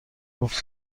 گفت